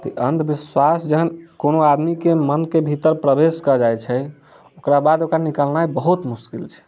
तऽ अन्धविश्वास जहन कोनो आदमी के मन के भीतर प्रवेश कऽ जाइ छै ओकराबाद ओकरा निकलनाइ बहुत मुश्किल छै